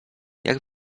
jak